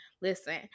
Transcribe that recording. listen